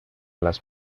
las